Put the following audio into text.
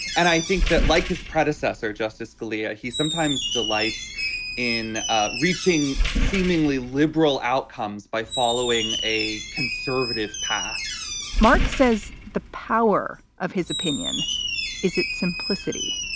and i think that, like his predecessor, justice scalia, he sometimes delights in ah reaching seemingly liberal outcomes by following a conservative pass mark says the power of his opinion is its simplicity